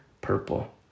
purple